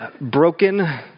Broken